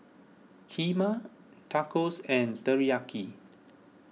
Kheema Tacos and Teriyaki